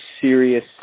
serious